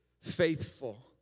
faithful